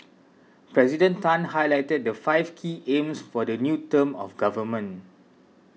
President Tan highlighted the five key aims for the new term of government